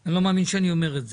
אני לא מאמין שאני אומר את זה,